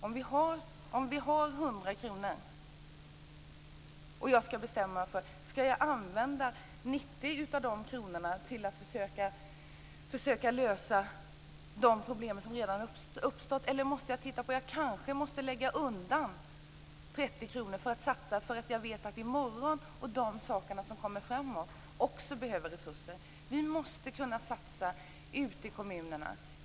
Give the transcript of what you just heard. Om jag har 100 kr kan jag bestämma mig för att använda 90 kr av dem för att försöka lösa de problem som redan har uppstått. Men jag kanske måste lägga undan 30 kr därför att jag vet att de saker som kommer framöver också behöver resurser. Vi måste kunna satsa ute i kommunerna.